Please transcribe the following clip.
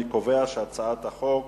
אני קובע שהצעת חוק